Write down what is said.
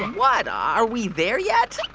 what? are we there yet?